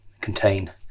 contain